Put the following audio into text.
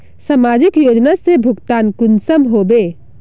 समाजिक योजना से भुगतान कुंसम होबे?